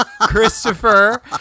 Christopher